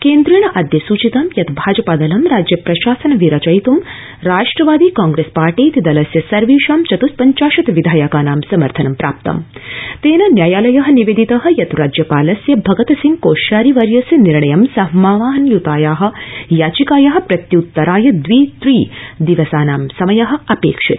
केन्द्रेणादय सूचितं यत भभजपादलं राज्ये प्रशासन विरचयित्ं राष्ट्रवादि कांग्रेस पार्टीति दलस्य सर्वेषां चत्स्पञ्चाशत विधायकानां समर्थनं प्राप्तम तेन न्यायालय निवेदित यत ाराज्यपालस्य भगत सिंह कोश्यारी वर्यस्य निर्णयं समाहवान युताया याचिकाया प्रत्युत्तराय दवि त्रि दिवसानां समय अपेक्षित